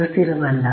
ಅದು ಸ್ಥಿರವಲ್ಲ